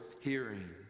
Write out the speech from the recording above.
hearing